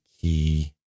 key